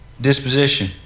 disposition